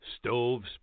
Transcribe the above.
stoves